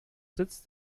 sitz